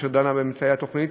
אשר דנה בממצאי תוכנית